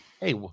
Hey